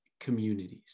communities